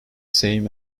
same